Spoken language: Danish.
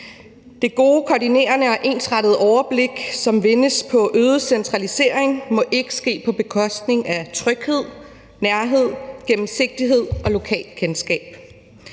Det gode koordinerende og ensrettede overblik, som vindes på øget centralisering, må ikke ske på bekostning af tryghed, nærhed, gennemsigtighed og lokalkendskab.